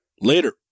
later